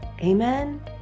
Amen